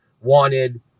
wanted